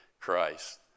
Christ